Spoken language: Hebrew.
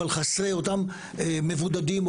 שהם מבודדים,